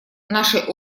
нашей